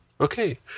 Okay